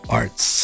arts